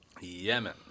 Yemen